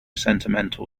sentimental